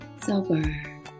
sober